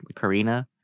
Karina